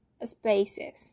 spaces